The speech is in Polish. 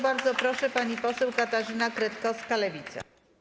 Bardzo proszę, pani poseł Katarzyna Kretkowska, Lewica.